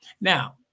Now